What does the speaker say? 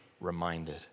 reminded